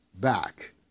back